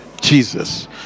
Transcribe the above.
Jesus